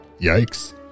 Yikes